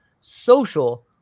social